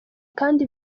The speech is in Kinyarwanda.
kandi